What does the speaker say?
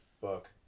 book